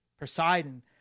Poseidon